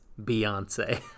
Beyonce